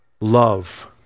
love